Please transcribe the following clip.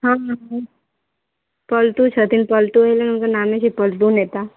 हँ पलटू छथिन पलटू हुनकर नामे छिअनि पलटू नेता